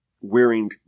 wearing